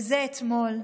וזה אתמול.